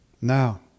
Now